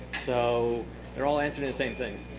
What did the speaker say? so they're all answering the same things.